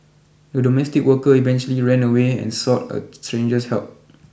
the domestic worker eventually ran away and sought a stranger's help